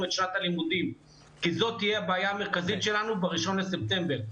את שנת הלימודים כי זו תהיה הבעיה המרכזית שלנו בראשון לספטמבר.